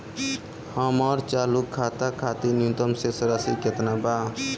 हमर चालू खाता खातिर न्यूनतम शेष राशि केतना बा?